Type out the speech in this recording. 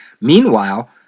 Meanwhile